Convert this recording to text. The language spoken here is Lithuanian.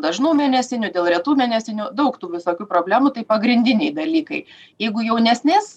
dažnų mėnesinių dėl retų mėnesinių daug tų visokių problemų tai pagrindiniai dalykai jeigu jaunesnės